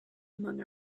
among